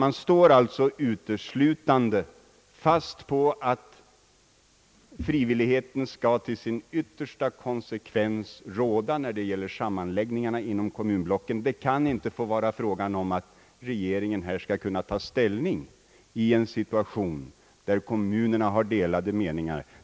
Man står alltså uteslutande fast vid att frivilligheten till sin yttersta konsekvens skall råda när det gäller sammanläggningar inom kommunblocken och att det inte kan bli tal om att regeringen skall ta ställning i en situation där kommunerna har delade meningar.